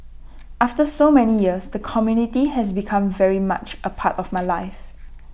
after so many years the community has become very much A part of my life